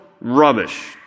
rubbish